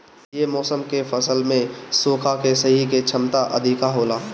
ये मौसम के फसल में सुखा के सहे के क्षमता अधिका होला